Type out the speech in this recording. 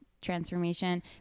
transformation